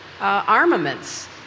armaments